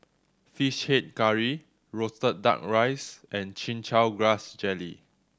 Fish Head Curry roasted Duck Rice and Chin Chow Grass Jelly